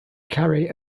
carry